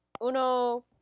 Uno